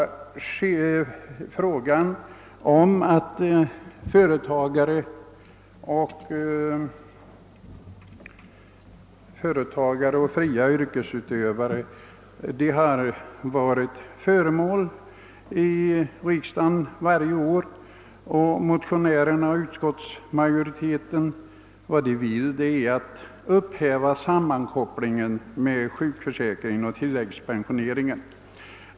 Frågan om socialförsäkringsskydd för företagare och fria yrkesutövare har varit föremål för behandling i riksdagen varje år. Motionärerna och utskottsmajoriteten vill upphäva sammankopplingen mellan sjukförsäkringen och tilläggspensioneringen.